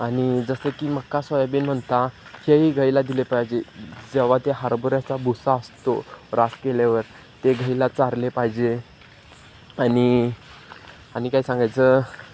आणि जसं की मका सोयाबीन म्हणता हेही गायीला दिले पाहिजे जेव्हा ते हरभऱ्याचा भुसा असतो रास केल्यावर ते गायीला चारले पाहिजे आणि आणि काय सांगायचं